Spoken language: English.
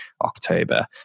October